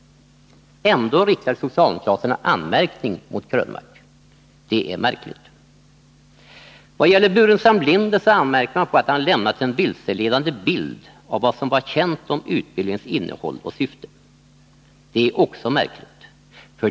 Ändå riktar socialdemokraterna anmärkning mot Eric Krönmark. Det är märkligt! Vad gäller Staffan Burenstam Linder anmärker man på att han lämnat en vilseledande bild av vad som var känt om utbildningens innehåll och syfte. Även detta är märkligt.